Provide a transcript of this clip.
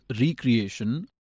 recreation